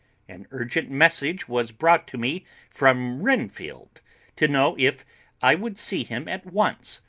an urgent message was brought to me from renfield to know if i would see him at once,